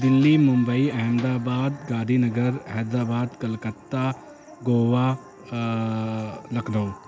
Delhi Mumbai Ahmedabad Gandhinagar Hyderabad Calcutta Goa Lucknow